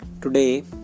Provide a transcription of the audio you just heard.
today